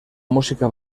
música